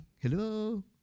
Hello